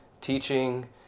teaching